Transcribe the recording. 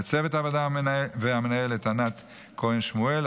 לצוות הוועדה והמנהלת ענת כהן שמואל,